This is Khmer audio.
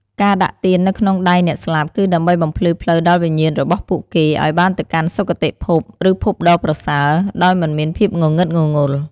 ការដាក់ទៀននៅក្នុងដៃអ្នកស្លាប់ គឺដើម្បីបំភ្លឺផ្លូវដល់វិញ្ញាណរបស់ពួកគេ ឲ្យបានទៅកាន់សុគតិភព ឬភពដ៏ប្រសើរ ដោយមិនមានភាពងងឹតងងល់។